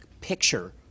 picture